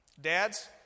Dads